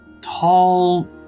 Tall